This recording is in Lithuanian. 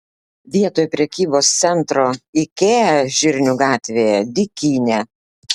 vietoj prekybos centro ikea žirnių gatvėje dykynė